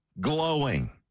glowing